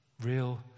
Real